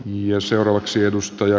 ja seuraavaksi edustoja